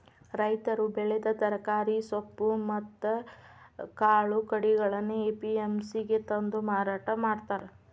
ರೈತರು ಬೆಳೆದ ತರಕಾರಿ, ಸೊಪ್ಪು ಮತ್ತ್ ಕಾಳು ಕಡಿಗಳನ್ನ ಎ.ಪಿ.ಎಂ.ಸಿ ಗೆ ತಂದು ಮಾರಾಟ ಮಾಡ್ತಾರ